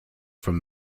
from